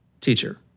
teacher